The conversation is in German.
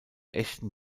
echten